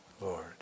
Lord